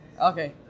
okay